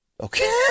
Okay